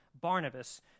Barnabas